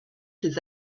ses